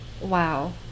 Wow